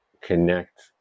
connect